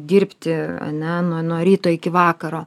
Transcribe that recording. dirbti ane nuo nuo ryto iki vakaro